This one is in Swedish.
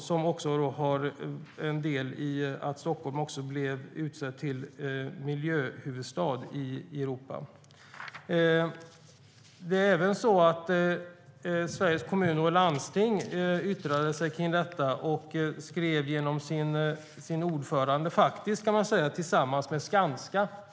Utan Hammarby Sjöstad skulle Stockholm inte ha blivit utsedd till Europas första miljöhuvudstad. " Sveriges Kommuner och Landsting har yttrat sig om detta genom en debattartikel som dåvarande och nuvarande ordföranden Anders Knape skrev tillsammans med Skanskas vd.